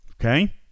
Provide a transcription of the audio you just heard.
Okay